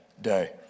Day